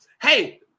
hey